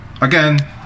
again